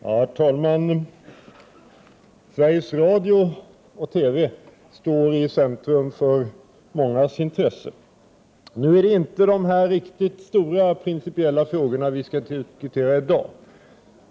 Herr talman! Sveriges Radio och TV står i centrum för mångas intresse. Nu är det inte de riktigt stora principiella frågorna vi skall diskutera i dag.